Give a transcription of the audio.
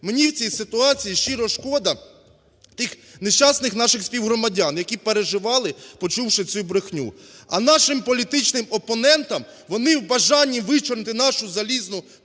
Мені в цій ситуації щиро шкоди тих нещасних наших співгромадян, які переживали, почувши цю брехню. А нашим політичним опонентам… вони в бажанні вичорнити нашу "залізну" команду